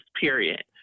period